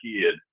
kid